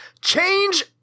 change